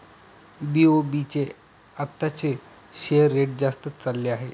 BOB चे आताचे share rate जास्तच चालले आहे